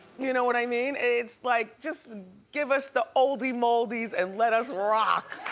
you know what i mean? it's like just give us the oldie moldies and let us rock.